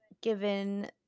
given